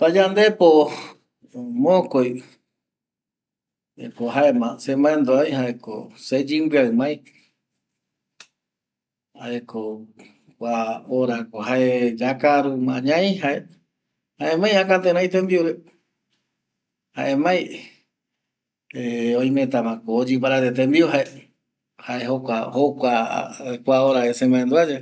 Pañandepo Mokoi jaeko se mandua jae ko se yimbiai ma ai kua hora ko jae yakaru ma ña jaema jaimai tembiu aro aï, oimeta mako tembiu oyi oï jae, jaemai tembiu aro ye